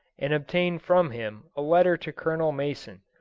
and obtain from him a letter to colonel mason,